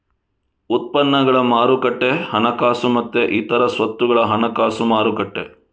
ಉತ್ಪನ್ನಗಳ ಮಾರುಕಟ್ಟೆ ಹಣಕಾಸು ಮತ್ತೆ ಇತರ ಸ್ವತ್ತುಗಳ ಹಣಕಾಸು ಮಾರುಕಟ್ಟೆ